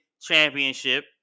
championship